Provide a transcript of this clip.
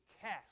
cast